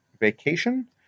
vacation